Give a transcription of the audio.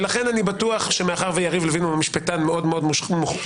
לכן אני בטוח שמאחר שיריב לוין הוא משפטן מאוד מוכשר,